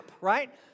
Right